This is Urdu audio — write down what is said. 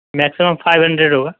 میکسمم فائیو ہنڈریڈ ہوگا